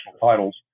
titles